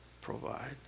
provide